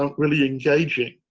ah really engaging,